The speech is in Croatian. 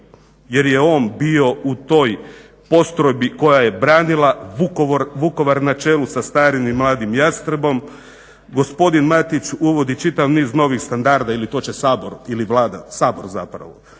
jer je on bio u toj postrojbi koja je branila Vukovar na čelu sa starim i mladim Jastrebom. Gospodin Matić uvodi čitav niz novih standarda ili to će Sabor ili Vlada, Sabor zapravo, evo i